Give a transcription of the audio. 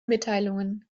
mitteilungen